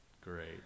great